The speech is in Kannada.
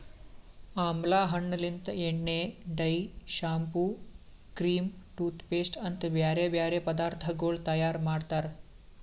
ಆಮ್ಲಾ ಹಣ್ಣ ಲಿಂತ್ ಎಣ್ಣೆ, dye, shampoo, cream, toothpaste ಅಂತ್ ಬ್ಯಾರೆ ಬ್ಯಾರೆ ಪದಾರ್ಥಗೊಳ್ ತೈಯಾರ್ ಮಾಡ್ತಾರ್